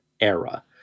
era